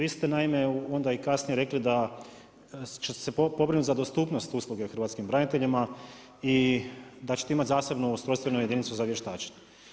Vi ste naime onda i kasnije rekli da će se pobrinuti za dostupnost usluge hrvatskim braniteljima i da ćete imati zasebnu ustrojstvenu jedinicu za vještačenje.